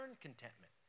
contentment